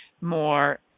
more